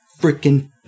freaking